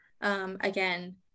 again